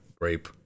grape